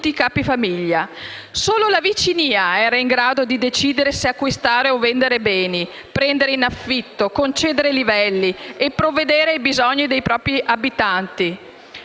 i capifamiglia. E solo la vicinia era in grado di decidere se acquistare o vendere beni, prendere in affitto, concedere livelli e provvedere ai bisogni dei propri abitanti.